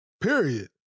Period